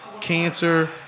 cancer